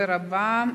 הדובר הבא,